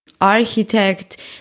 architect